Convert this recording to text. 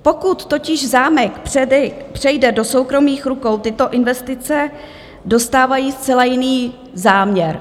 Pokud totiž zámek přejde do soukromých rukou, tyto investice dostávají zcela jiný záměr.